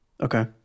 Okay